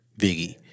Biggie